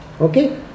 Okay